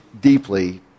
deeply